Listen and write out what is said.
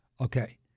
okay